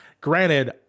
Granted